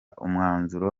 umwanzuro